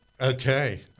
Okay